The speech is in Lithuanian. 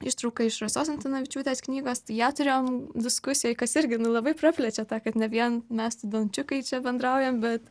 ištrauką iš rasos antanavičiūtės knygos tai ją turėjom diskusijoj kas irgi labai praplečia ta kad ne vien mes studenčiukai čia bendraujam bet